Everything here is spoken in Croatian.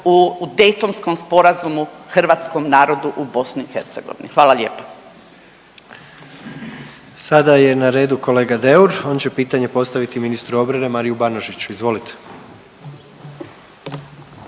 u Daytonskom sporazumu hrvatskom narodu u BiH. Hvala lijepa. **Jandroković, Gordan (HDZ)** Sada je na redu kolega Deur. On će pitanje postaviti ministru obrane Mariju Banožiću. Izvolite.